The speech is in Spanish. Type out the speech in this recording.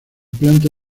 planta